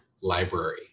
library